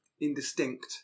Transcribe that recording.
indistinct